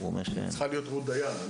אני